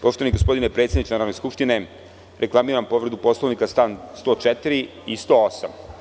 Poštovani gospodine predsedniče Narodne skupštine, reklamiram povredu Poslovnika član 104. i 108.